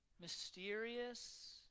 Mysterious